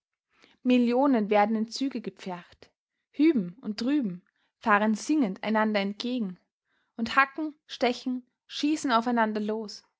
millionen werden in züge gepfercht hüben und drüben fahren singend einander entgegen und hacken stechen schießen aufeinander los